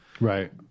right